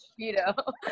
Cheeto